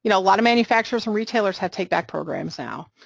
you know a lot of manufacturers and retailers have take-back programs now,